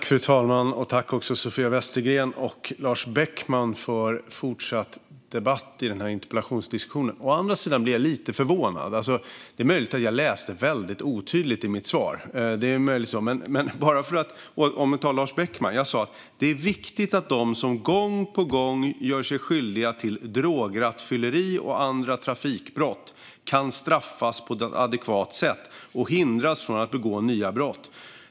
Fru talman! Tack, Sofia Westergren och Lars Beckman, för fortsatt diskussion i denna interpellationsdebatt! Jag blir dock lite förvånad. Det är möjligt att jag talade väldigt otydligt i mitt svar, men till Lars Beckman sa jag så här: Det är viktigt att de som gång på gång gör sig skyldiga till drograttfylleri och andra trafikbrott kan straffas på ett adekvat sätt och hindras från att begå nya brott.